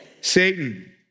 Satan